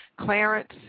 Clarence